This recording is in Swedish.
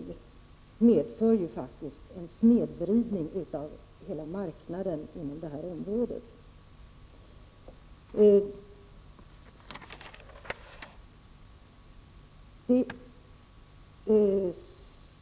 Det system som vi nu har medför en snedvridning av hela marknaden på det här området. Det